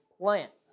plants